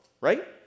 right